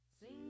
Sing